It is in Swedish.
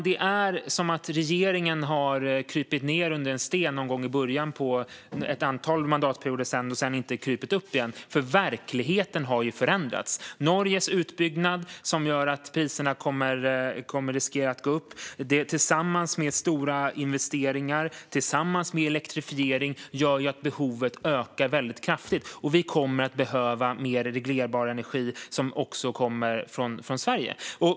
Det är som om regeringen har krupit in under en sten för ett antal mandatperioder sedan och aldrig krupit fram igen, för verkligheten har ju förändrats. Norges utbyggnad som gör att priserna riskerar att gå upp tillsammans med stora investeringar i elektrifiering gör att behovet ökar väldigt kraftigt, och vi kommer att behöva mer reglerbar energi som också kommer från Sverige.